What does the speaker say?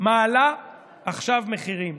מעלה עכשיו מחירים.